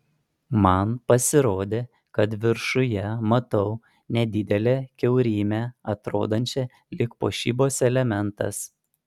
man pasirodė kad viršuje matau nedidelę kiaurymę atrodančią lyg puošybos elementas